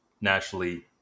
naturally